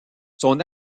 son